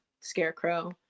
Scarecrow